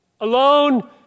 alone